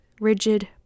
rigid